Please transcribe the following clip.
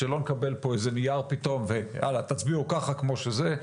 שלא נקבל פה איזה נייר פתאום והלאה תצביעו ככה כמו שזה.